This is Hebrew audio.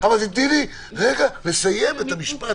אבל תני לי לסיים את המשפט.